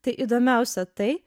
tai įdomiausia tai